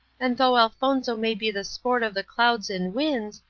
and though elfonzo may be the sport of the clouds and winds,